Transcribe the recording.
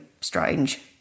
strange